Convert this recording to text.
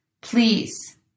please